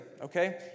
Okay